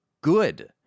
good